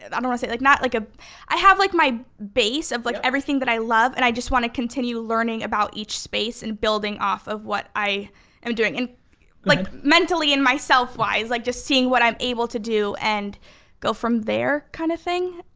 and i don't want to say, like like ah i have like my base of like everything that i love and i just want to continue learning about each space and building off of what i am doing. and like mentally in myself wise, like just seeing what i'm able to do and go from there kind of thing.